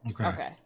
Okay